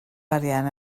arian